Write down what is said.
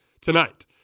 tonight